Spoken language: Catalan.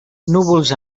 núvols